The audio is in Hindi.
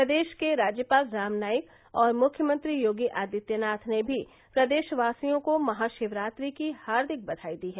प्रदेश के राज्यपाल राम नाईक और मुख्यमंत्री योगी आदित्यनाथ ने भी प्रदेशवासियों को महाशिवरात्रि की हार्दिक बधाई दी है